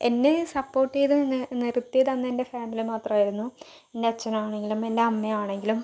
support ചെയ്ത് നിർ നിർത്തിയത് അന്ന് എൻ്റെ ഫാമിലി മാത്രമായിരുന്നു എൻ്റെ അച്ഛനാണെങ്കിലും എൻ്റെ അമ്മയാണെങ്കിലും